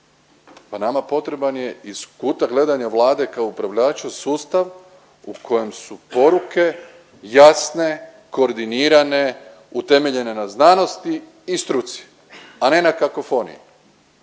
Pa nama potreban je iz kuta gledanja Vlade kao upravljača sustav u kojem su poruke jasne, koordinirane, utemeljene na znanosti i struci, a ne na kakofoniji.